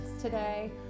today